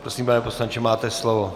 Prosím, pane poslanče, máte slovo.